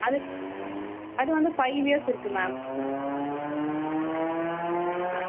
அது அது வந்து ஃபைவ் இயர்ஸ் இருக்குது மேம் ஆ